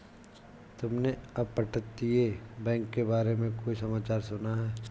तुमने अपतटीय बैंक के बारे में कोई समाचार सुना है?